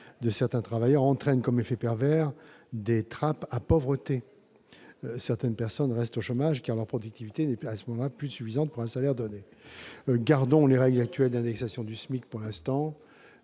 de certains travailleurs entraîne comme effet pervers des trappes à pauvreté. Certaines personnes restent au chômage, car leur productivité n'est plus suffisante pour un salaire donné. Conservons les règles actuelles d'indexation du SMIC pour l'instant.